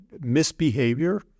misbehavior